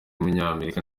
w’umunyamerika